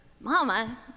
Mama